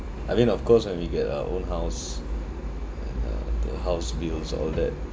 I mean of course when we get our own house and (uh)the house bills all that